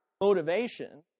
motivation